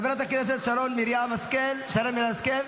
חבר הכנסת אלון שוסטר, מוותר.